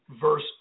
verse